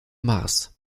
mars